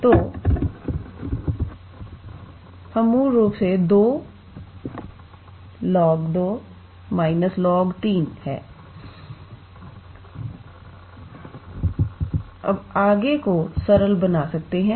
तो हम मूल रूप से 2 log𝑒 2 − log𝑒 3 है